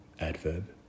Adverb